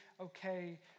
okay